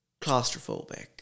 claustrophobic